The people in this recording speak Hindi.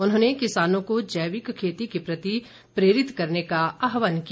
उन्होंने किसानों को जैविक खेती के प्रति प्रेरित करने का आहवान किया